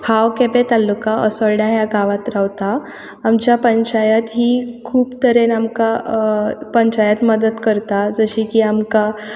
हांव केपें तालुका असोल्ड्या ह्या गांवांत रावतां आमच्या पंचायत ही खूब तरेन आमकां पंचायत मदत करता जशी की आमकां